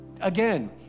again